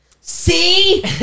See